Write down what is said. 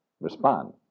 respond